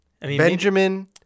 Benjamin